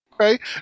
Okay